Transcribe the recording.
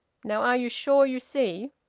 now are you sure you see?